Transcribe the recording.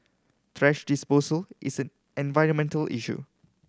thrash disposal is a environmental issue